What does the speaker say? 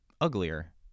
uglier